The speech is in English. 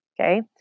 okay